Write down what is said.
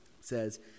says